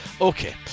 okay